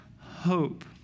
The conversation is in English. hope